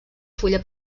fulla